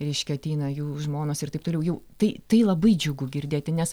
reiškia ateina jų žmonos ir taip toliau jau tai tai labai džiugu girdėti nes